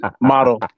model